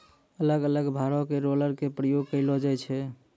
अलग अलग भारो के रोलर के प्रयोग करलो जाय छै